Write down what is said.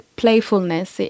playfulness